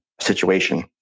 situation